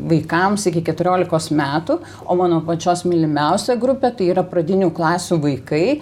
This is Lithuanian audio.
vaikams iki keturiolikos metų o mano pačios mylimiausia grupė tai yra pradinių klasių vaikai